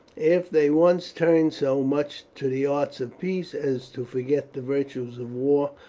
if they once turn so much to the arts of peace as to forget the virtues of war,